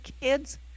kids